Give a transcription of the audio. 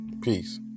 Peace